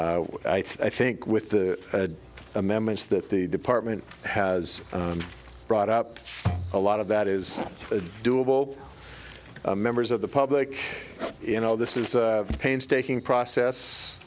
but i think with the amendments that the department has brought up a lot of that is doable members of the public you know this is a painstaking process